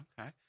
Okay